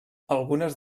algunes